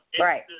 right